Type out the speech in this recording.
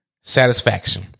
satisfaction